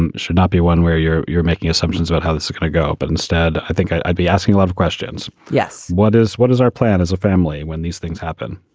um should not be one where you're you're making assumptions about how this is gonna go. but instead, i think i'd i'd be asking a lot of questions. yes. what is what is our plan as a family when these things happen?